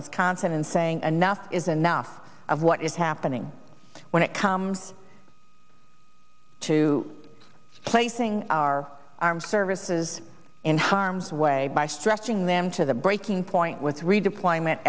wisconsin and saying anough is enough of what is happening when it comes to placing our armed services in harm's way by stretching them to the breaking point with redeployment